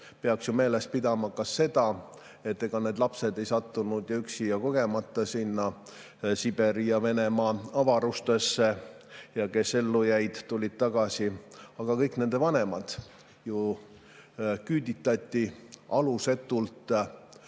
peaksime meeles pidama ka seda, et ega need lapsed ei sattunud üksi ja kogemata sinna Siberi ja Venemaa avarustesse, ja kes ellu jäid, tulid tagasi. Kõigi nende vanemad ju küüditati alusetult.